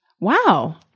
Wow